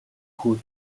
хүү